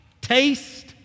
taste